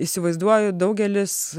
įsivaizduoju daugelis